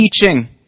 teaching